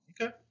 Okay